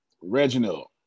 Reginald